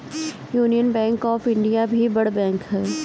union Bank of India भी बड़ bank हअ